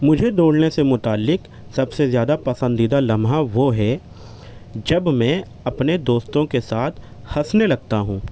مجھے دوڑنے سے متعلق سب سے زیادہ پسندیدہ لمحہ وہ ہے جب میں اپنے دوستوں کے ساتھ ہنسنے لگتا ہوں